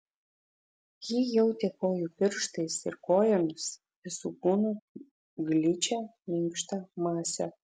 ji jautė kojų pirštais ir kojomis visu kūnu gličią minkštą masę